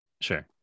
Sure